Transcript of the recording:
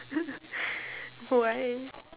why